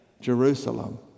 Jerusalem